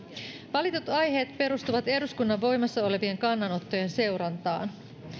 valitut aiheet perustuvat eduskunnan voimassaolevien kannanottojen seurantaan